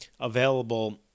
available